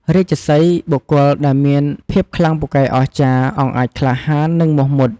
រាជសីហ៍ បុគ្គលដែលមានភាពខ្លាំងពូកែអស្ចារ្យ អង់អាចក្លាហាន និងមោះមុត ។